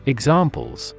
Examples